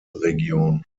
region